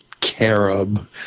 carob